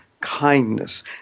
kindness